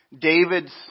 David's